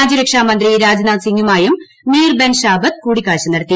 രാജ്യരക്ഷാ മന്ത്രി രാജ്നാഥ് സിംഗുമായും മീർ ബെൻ ശാബത് കൂടിക്കാഴ്ച നടത്തി